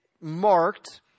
marked